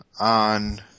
on